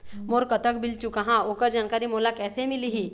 मोर कतक बिल चुकाहां ओकर जानकारी मोला कैसे मिलही?